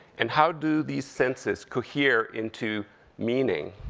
and how do these senses cohere into meaning?